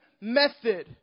method